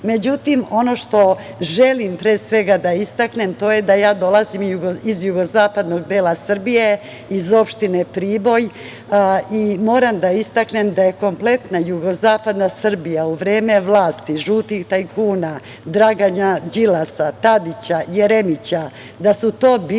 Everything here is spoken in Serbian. ono što želim pre svega da istaknem to je da dolazim iz jugozapadnog dela Srbije iz opštine Priboj, i moram da istaknem da je kompletna jugozapadna Srbija u vreme vlasti žutih tajkuna Dragana Đilasa, Tadića, Jeremića, da su to bile